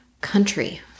country